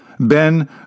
Ben